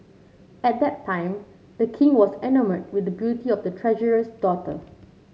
at that time the king was enamoured with beauty of the treasurer's daughter